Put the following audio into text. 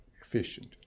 efficient